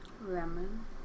Lemon